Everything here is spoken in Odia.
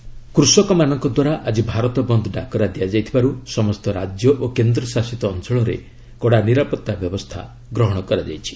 ଭାରତ ବନ୍ଦ କୃଷକମାନଙ୍କ ଦ୍ୱାରା ଆକ୍କି ଭାରତ ବନ୍ଦ ଡାକରା ଦିଆଯାଇଥିବାରୁ ସମସ୍ତ ରାଜ୍ୟ ଓ କେନ୍ଦ୍ର ଶାସିତ ଅଞ୍ଚଳରେ କଡ଼ା ନିରାପତ୍ତା ବ୍ୟବସ୍ଥା ଗ୍ରହଣ କରାଯାଇଛି